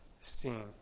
seen